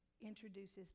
introduces